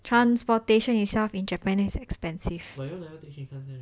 transportation itself in japan is expensive